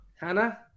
Hannah